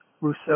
Rousseau